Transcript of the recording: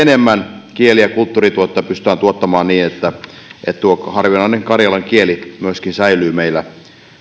enemmän kieli ja kulttuurituotteita pystytään tuottamaan niin että tuo harvinainen karjalan kieli säilyy meillä